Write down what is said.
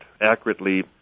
accurately